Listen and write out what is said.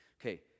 okay